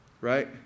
right